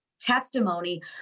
testimony